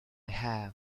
have